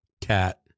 Cat